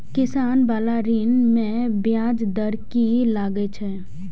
किसान बाला ऋण में ब्याज दर कि लागै छै?